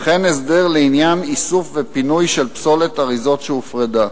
וכן הסדר לעניין איסוף ופינוי של פסולת אריזות שהופרדה.